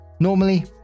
Normally